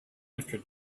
after